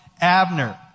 Abner